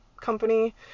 company